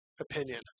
opinion